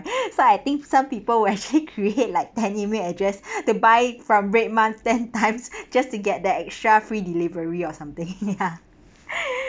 so I think some people will actually create like ten email address to buy from RedMart ten times just to get that extra free delivery or something ya